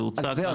זה הוצג.